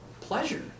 pleasure